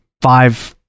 five